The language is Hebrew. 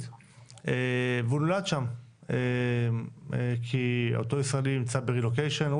והוא נולד שם כי אותו ישראלי נמצא ברילוקיישן,